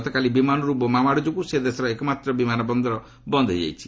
ଗତକାଲି ବିମାନରୁ ବୋମାମାଡ଼ ଯୋଗୁଁ ସେ ଦେଶର ଏକମାତ୍ର ବିମାନ ବନ୍ଦର ବନ୍ଦ ହୋଇଯାଇଛି